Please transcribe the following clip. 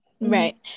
right